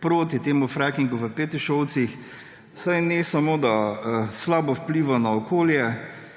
proti temu frackingu v Petišovcih, saj ne samo da slabo vpliva na okolje,